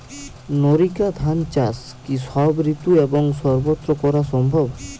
NERICA ধান চাষ কি সব ঋতু এবং সবত্র করা সম্ভব?